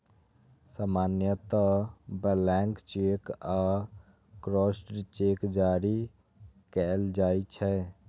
सामान्यतः blank cheque आ crossed cheque जारी कैल जाइ छै